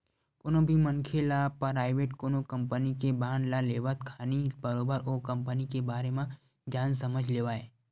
कोनो भी मनखे ल पराइवेट कोनो कंपनी के बांड ल लेवत खानी बरोबर ओ कंपनी के बारे म जान समझ लेवय